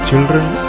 Children